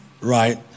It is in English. Right